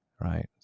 right